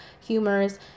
humors